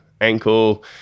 ankle